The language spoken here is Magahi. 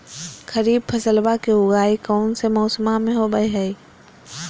खरीफ फसलवा के उगाई कौन से मौसमा मे होवय है?